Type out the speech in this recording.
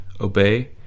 obey